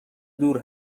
دور